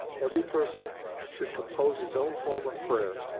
every person should compose his own form of prayer,